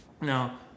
now